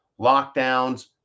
Lockdowns